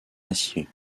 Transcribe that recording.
acier